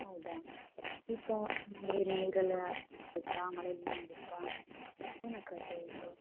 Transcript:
ಹೌದಾ ಶೀತ ನೀರಲ್ಲಿ ಏನಾದ್ರು ನೆಂದಿರಾ ಮಳೇಲಿ ನೆಂದಿದ್ದಿರಾ